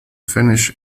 finish